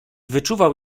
wyczuwał